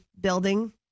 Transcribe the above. building